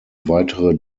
weitere